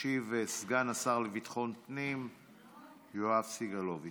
ישיב סגן השר לביטחון הפנים יואב סגלוביץ'.